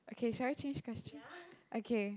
okay should I change question okay